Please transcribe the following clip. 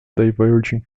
diverging